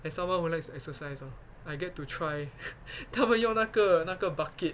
as someone who likes to exercise uh I get to try 他们用那个那个 bucket